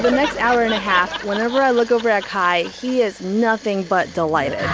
but next hour and a half, whenever i look over at kai, he is nothing but delighted